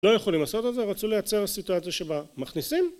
לא יכולים לעשות את זה, רצו לייצר סיטואציה שבה מכניסים...